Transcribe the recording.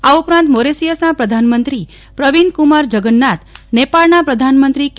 આ ઉપરાંત મોરિશિયસના પ્રધાનમંત્રી પ્રવીંદકુમાર જગન્નાથ નેપાળના પ્રધાનમંત્રી કે